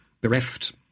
bereft